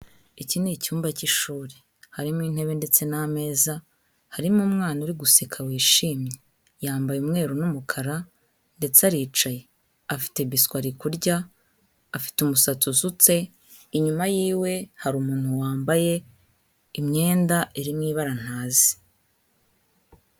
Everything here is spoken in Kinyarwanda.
Iki ni icyumba cy'ishuri, harimo intebe ndetse n'ameza, harimo umwana uri guseka wishimye, yambaye umweru n'umukara ndetse aricaye, afite biswi ari kurya, afite umusatsi usutse, inyuma yiwe hari umuntu wambaye imyenda iri mu ibara ntazi.